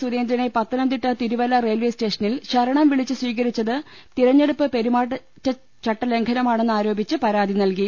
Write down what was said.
സുരേന്ദ്രനെ പത്തനംതിട്ട തിരുവല്ല റെയിൽവെ സ്റ്റേഷനിൽ ശരണം വിളിച്ച് സ്വീകരിച്ചത് തിരഞ്ഞെടുപ്പ് പെരുമാറ്റച്ചട്ട ലംഘനമാണെന്നാരോപിച്ച് പരാതി നൽകി